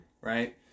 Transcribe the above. Right